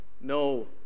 no